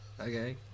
Okay